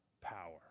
power